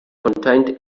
contained